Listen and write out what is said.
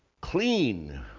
clean